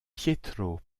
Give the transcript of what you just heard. pietro